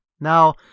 Now